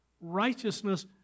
Righteousness